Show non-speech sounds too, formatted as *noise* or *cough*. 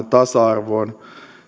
*unintelligible* tasa arvoon